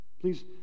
Please